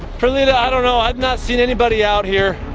perlita, i don't know, i've not seen anybody out here.